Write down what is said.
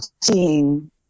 seeing